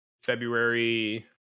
February